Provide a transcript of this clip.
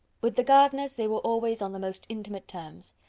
with the gardiners, they were always on the most intimate terms.